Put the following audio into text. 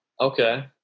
Okay